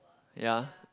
ya